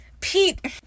Pete